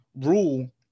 rule